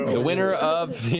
the winner of